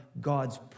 God's